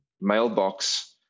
mailbox